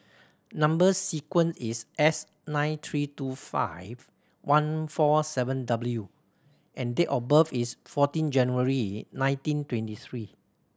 number sequence is S nine three two five one four seven W and date of birth is fourteen January nineteen twenty three